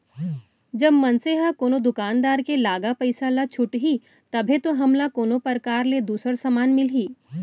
जब मनसे ह कोनो दुकानदार के लागा पइसा ल छुटही तभे तो हमला कोनो परकार ले दूसर समान मिलही